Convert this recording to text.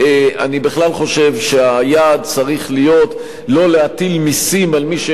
אני בכלל חושב שהיעד צריך להיות לא להטיל מסים על מי שיש לו